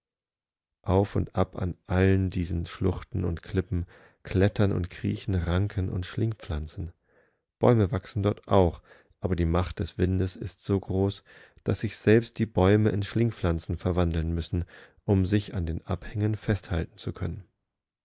auf und ab an allen diesen schluchten und klippen klettern und kriechen rankenundschlingpflanzen bäume wachsen dort auch aber die macht des windesistsogroß daßsichselbstdiebäumeinschlingpflanzenverwandeln müssen um sich an den abhängen festhalten zu können